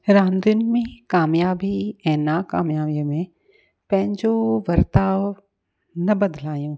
रांदियुनि में कामयाबी ऐं नाकामयाबीअ में पंहिंजो वर्ताउ न बदिलायूं